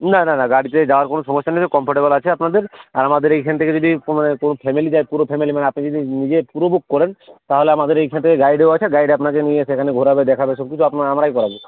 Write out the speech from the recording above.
না না না গাড়িতে যাওয়ার কোনো সমস্যা নেই কমফর্টেবল আছে আপনাদের আর আমাদের এইখান থেকে যদি কোনো কেউ ফ্যামেলি যায় পুরো ফ্যামেলি মানে আপনি যদি নিজে পুরো বুক করেন তাহলে আমাদের এইখানটায় গাইডও আছে গাইড আপনাকে নিয়ে সেখানে ঘোরাবে দেখাবে সব কিছু আপনার আমরাই করাবো